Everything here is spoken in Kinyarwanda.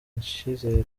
icizere